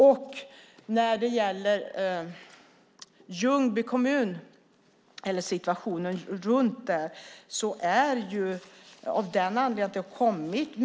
Sedan var det frågan om situationen runt Ljungby kommun.